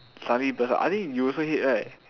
suddenly burst out I think you also hate right